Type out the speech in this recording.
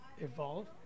evolve